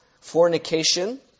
fornication